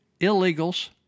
illegals